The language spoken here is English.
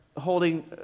holding